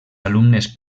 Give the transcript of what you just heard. alumnes